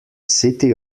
city